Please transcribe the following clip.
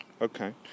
Okay